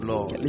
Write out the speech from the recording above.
Lord